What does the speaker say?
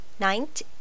Ninth